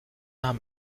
haben